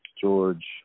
George